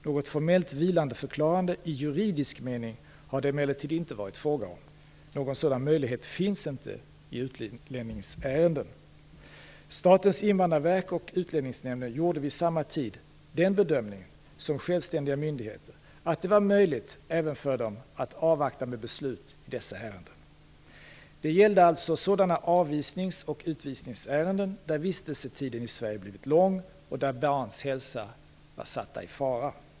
Något formellt vilandeförklarande i juridisk mening har det emellertid inte varit fråga om. Någon sådan möjlighet finns inte i utlänningsärenden. Statens invandrarverk och Utlänningsnämnden gjorde vid samma tid den bedömningen, som självständiga myndigheter, att det var möjligt även för dem att avvakta med beslut i dessa ärenden. Det gällde alltså sådana avvisnings och utvisningsärenden där vistelsetiden i Sverige blivit lång och där barns hälsa är satt i fara.